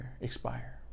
expire